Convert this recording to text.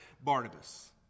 Barnabas